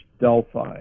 Delphi